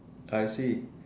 I see